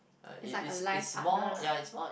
it's like a life partner lah